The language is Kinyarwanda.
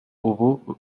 ubu